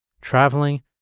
traveling